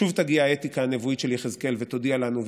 שוב תגיע האתיקה הנבואית של יחזקאל ותודיע לנו: